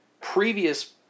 previous